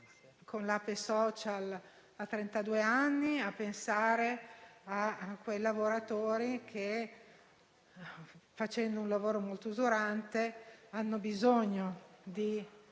con l'Ape *social* a trentadue anni, a pensare a quei lavoratori che, facendo un lavoro molto usurante, hanno bisogno di